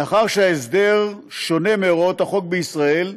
מאחר שההסדר שונה מהוראות החוק בישראל,